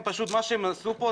מה שהם עשו כאן,